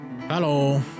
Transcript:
Hello